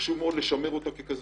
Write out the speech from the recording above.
וחשוב מאוד לשמר אותו ככזה